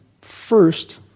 first